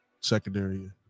secondary